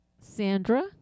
Sandra